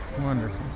Wonderful